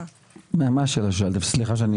מה השאלה ששאלת?